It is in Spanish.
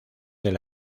del